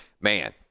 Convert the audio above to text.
man